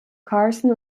carson